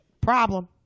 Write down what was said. problem